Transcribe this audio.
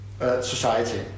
society